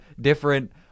different